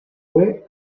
fue